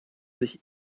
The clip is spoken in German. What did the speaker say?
sich